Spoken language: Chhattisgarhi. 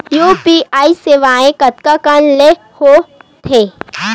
यू.पी.आई सेवाएं कतका कान ले हो थे?